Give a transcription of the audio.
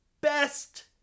best